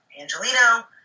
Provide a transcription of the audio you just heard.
Angelino